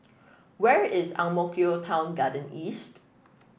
where is Ang Mo Kio Town Garden East